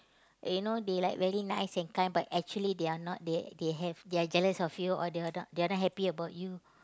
eh you know they like very nice and kind but actually they are not they they have they are jealous of you or they are not they are not happy about you